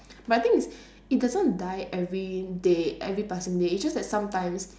but the thing is it doesn't die every day every passing day it just that sometimes